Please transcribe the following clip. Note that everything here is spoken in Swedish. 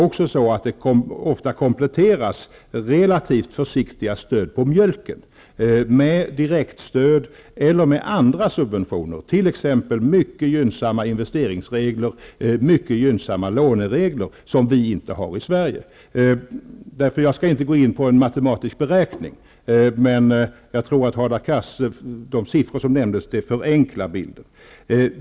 Ofta kompletteras relativt försiktiga stöd till mjölken med direktstöd eller med andra subventioner, t.ex. mycket gynnsamma investeringsregler och låneregler som inte finns i Sverige. Jag skall inte gå in på en matematisk beräkning. Men, Hadar Cars, de siffror som nämndes förenklar bilden.